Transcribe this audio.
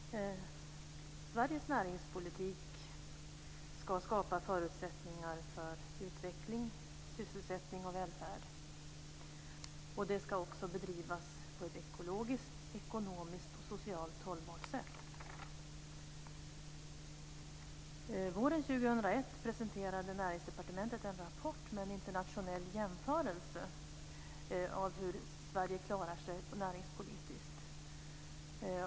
Fru talman! Sveriges näringspolitik ska skapa förutsättningar för utveckling, sysselsättning och välfärd. Den ska också bedrivas på ett ekologiskt, ekonomiskt och socialt hållbart sätt. Våren 2001 presenterade Näringsdepartementet en rapport med en internationell jämförelse som visade hur Sverige klarar sig näringspolitiskt.